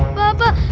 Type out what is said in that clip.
papa.